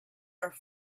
are